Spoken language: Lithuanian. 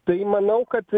tai manau kad